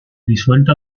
disuelta